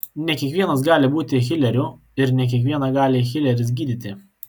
ne kiekvienas gali būti hileriu ir ne kiekvieną gali hileris gydyti